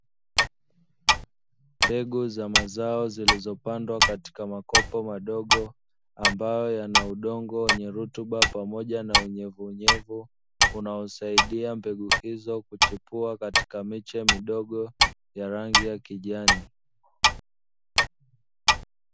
Mbegu za mazao zilizopandwa katika makopo madogo ambayo yanaudongo wenye rutuba pamoja na unyevunyevu, unaosaidia mbegu hizo kuchipua katika miche midogo ya rangi ya kijani.